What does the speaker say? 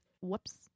whoops